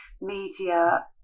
media